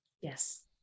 Yes